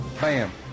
Bam